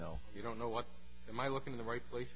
know you don't know what am i looking in the right place